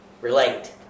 relate